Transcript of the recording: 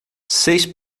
seis